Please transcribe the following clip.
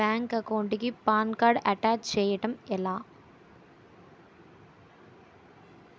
Bank account కి PAN card attach చేయడం ఎలా?